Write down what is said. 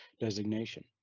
designation